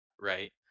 right